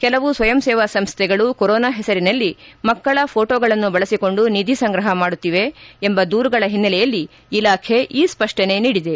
ಕೆಲವು ಸ್ವಯಂ ಸೇವಾ ಸಂಸ್ಥೆಗಳು ಕೊರೊನಾ ಹೆಸರಿನಲ್ಲಿ ಮಕ್ಕಳ ಫೋಟೋಗಳನ್ನು ಬಳಸಿಕೊಂಡು ನಿಧಿ ಸಂಗ್ರಹ ಮಾಡುತ್ತಿವೆ ಎಂಬ ದೂರುಗಳ ಹಿನ್ನೆಲೆಯಲ್ಲಿ ಇಲಾಖೆ ಈ ಸ್ಪಷ್ಟನೆ ನೀಡಿದೆ